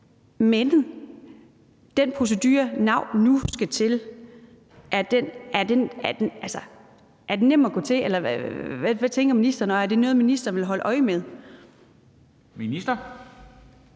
er den procedure, NAU nu skal til at igennem, nem at gå til, eller hvad tænker ministeren? Og er det noget, ministeren vil holde øje med?